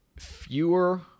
fewer